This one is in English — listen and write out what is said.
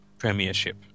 Premiership